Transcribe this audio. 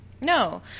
No